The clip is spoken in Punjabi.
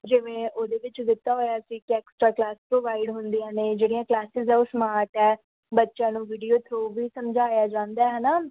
ਜਿਵੇਂ ਉਹਦੇ ਵਿੱਚ ਦਿੱਤਾ ਹੋਇਆ ਸੀ ਕਿ ਐਕਸਟਰਾ ਕਲਾਸ ਪ੍ਰੋਵਾਈਡ ਹੁੰਦੀਆਂ ਨੇ ਜਿਹੜੀਆਂ ਕਲਾਸਿਸ ਆ ਉਹ ਸਮਾਰਟ ਹੈ ਬੱਚਿਆਂ ਨੂੰ ਵੀਡੀਓ ਥਰੂ ਵੀ ਸਮਝਾਇਆ ਜਾਂਦਾ ਹੈ ਨਾ